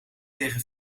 tegen